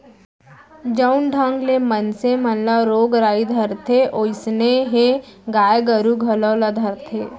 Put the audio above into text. जउन ढंग ले मनसे मन ल रोग राई धरथे वोइसनहे गाय गरू घलौ ल धरथे